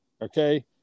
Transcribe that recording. Okay